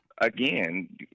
Again